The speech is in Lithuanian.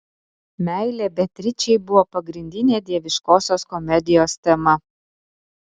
meilė beatričei buvo pagrindinė dieviškosios komedijos tema